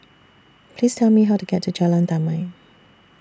Please Tell Me How to get to Jalan Damai